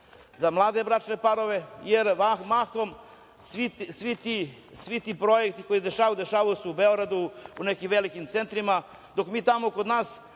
za mlade bračne parove, jer mahom svi ti projekti koji se dešavaju dešavaju se u Beogradu, u nekim velikim centrima, dok mi tamo kod nas,